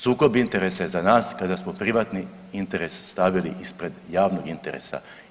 Sukob interesa je za nas kada smo privatni interes stavili ispred javnog interesa.